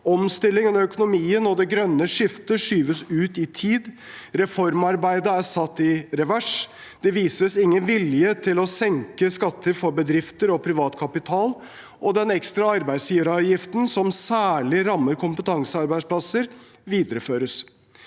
Omstillingen av økonomien og det grønne skiftet skyves ut i tid. Reformarbeidet er satt i revers. Det vises ingen vilje til å senke skattene for bedrifter og privat kapital, og den ekstra arbeidsgiveravgiften som særlig rammer kompetansearbeidsplasser, videreføres.